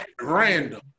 random